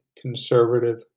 conservative